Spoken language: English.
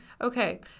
Okay